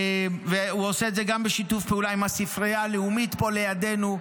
והוא עושה את זה גם בשיתוף פעולה עם הספרייה הלאומית פה לידנו,